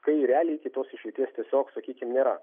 kai realiai kitos išeities tiesiog sakykim nėra